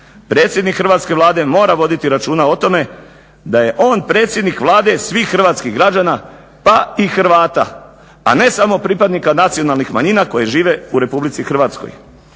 predsjednik Hrvatske Vlade mora voditi računa o tome da je on predsjednik Vlade svih hrvatskih građana pa i Hrvata a ne samo pripadnika nacionalnih manjina koji žive u RH.